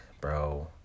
bro